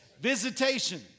Visitation